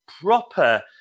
proper